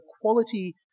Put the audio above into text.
quality